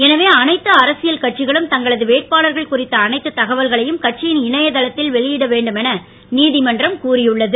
எனவே அனைத்து அரசியல் கட்சிகளும் தங்களது வேட்பாளர்கள் குறித்த அனைத்து தகவல்களையும் கட்சியின் இணையதளத்தில் வெளியிட வேண்டும் என நீதிமன்றம் கூறியுள்ளது